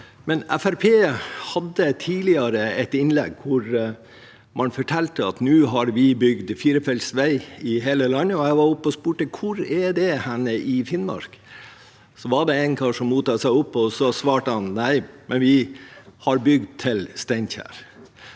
hadde tidligere et innlegg hvor man fortalte at nå har vi bygd firefelts vei i hele landet. Jeg var oppe og spurte: Hvor er det hen i Finnmark? Da var det en kar som mota seg opp og svarte: Nei, men vi har bygd til Steinkjer.